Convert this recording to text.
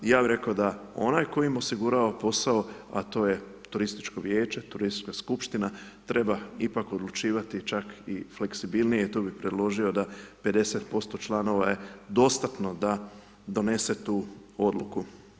Ja bi rekao da onaj koji im osigurava posao, a to je turističko vijeće, turistička skupština, treba ipak odlučivati čak i fleksibilnije i tu bi predložio da 50% članova je dostatno da donese tu odluku.